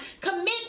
commit